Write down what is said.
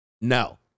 No